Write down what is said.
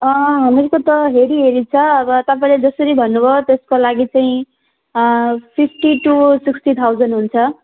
हामीहरूको त हेरी हेरी छ अब तपाईँले जसरी भन्नु भयो त्यसको लागि चाहिँ फिफ्टी टू सिक्सटी थाउजन हुन्छ